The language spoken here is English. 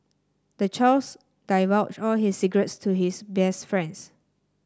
the child's divulged all his secrets to his best friends